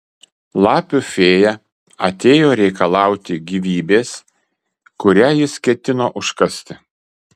lapių fėja atėjo reikalauti gyvybės kurią jis ketino užkasti